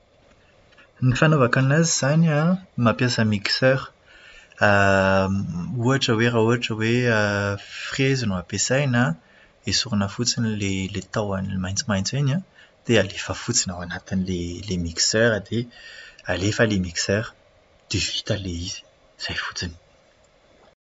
Ny fanaovako anazy izany an, mampiasa miksera. Ohatra hoe raha ohatra hoe frezy no ampiasaina, esorina fotsiny ilay tahony maitsomaitso iny, dia alefa fotsiny ao anatin'ilay ilay miksera dia alefa ilay miksera dia vita ilay izy. Izay fotsiny.